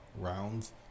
rounds